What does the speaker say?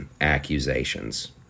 accusations